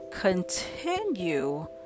continue